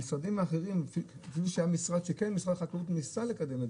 משרד החקלאות ניסה לקדם את